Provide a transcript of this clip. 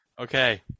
Okay